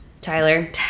Tyler